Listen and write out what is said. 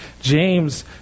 James